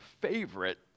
favorite